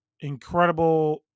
incredible